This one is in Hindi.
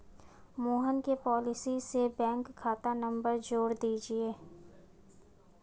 मोहन के पॉलिसी से बैंक खाता नंबर जोड़ दीजिए